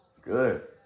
Good